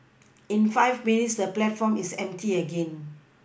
in five minutes the platform is empty again